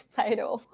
title